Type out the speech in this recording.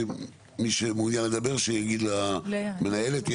שמי שמעוניין לדבר שיגיד למנהלת.